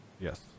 Yes